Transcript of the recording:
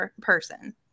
person